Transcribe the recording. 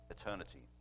eternity